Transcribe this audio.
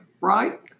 right